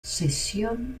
cesión